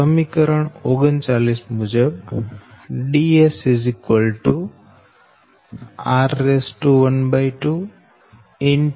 સમીકરણ 39 મુજબ Ds 12